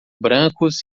brancos